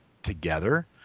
together